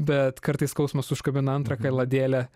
bet kartais skausmas užkabina antrą kaladėlę